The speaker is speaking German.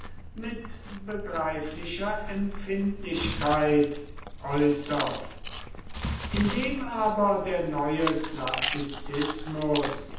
mit begreiflicher empfindlichkeit äußert indem aber der neue klassizismus